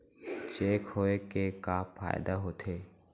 Cheque होए के का फाइदा होथे?